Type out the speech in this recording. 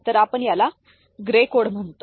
तर आपण याला ग्रे कोड म्हणतो